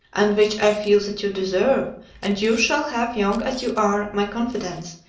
and which i feel that you deserve and you shall have, young as you are, my confidence,